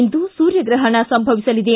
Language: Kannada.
ಇಂದು ಸೂರ್ಯ ಗ್ರಹಣ ಸಂಭವಿಸಲಿದೆ